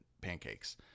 pancakes